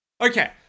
Okay